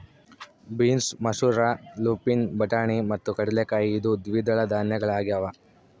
beans ಮಸೂರ lupin ಬಟಾಣಿ ಮತ್ತು ಕಡಲೆಕಾಯಿ ಇವು ದ್ವಿದಳ ಧಾನ್ಯಗಳಾಗ್ಯವ